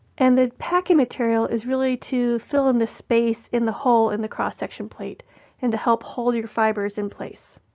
and the packing material is really to fill in the space in the hole in the cross-section plate and help hold your fibers in place.